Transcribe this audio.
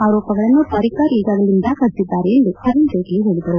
ಆರೋಪಗಳನ್ನು ಪರಿಕ್ಕರ್ ಈಗಾಗಲೇ ನಿರಾಕರಿಸಿದ್ದಾರೆ ಎಂದು ಅರುಣ್ಜೇಟ್ನ ಹೇಳಿದರು